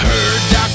Heard